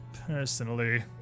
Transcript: personally